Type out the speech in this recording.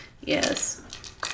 Yes